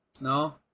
no